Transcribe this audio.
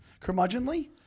curmudgeonly